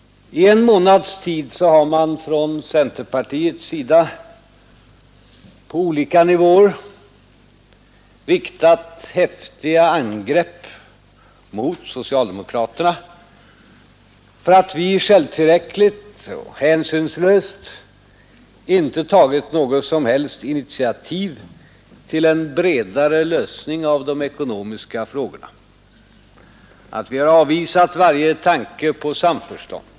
I en månads tid har man från centerpartiets sida på olika nivåer riktat häftiga angrepp mot socialdemokraterna för att vi självtillräckligt och hänsynslöst har underlåtit att ta några som helst initiativ till en bredare lösning av de ekonomiska frågorna och avvisat varje tanke på samförstånd.